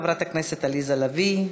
חברי הכנסת עליזה לביא,